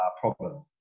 problem